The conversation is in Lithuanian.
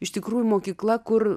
iš tikrųjų mokykla kur